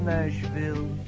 Nashville